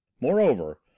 moreover